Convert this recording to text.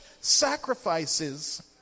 sacrifices